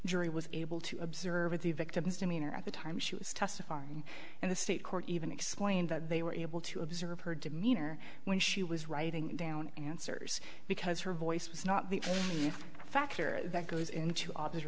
jury was able to observe the victim's demeanor at the time she was testifying and the state court even explained that they were able to observe her demeanor when she was writing down answers because her voice was not the factor that goes into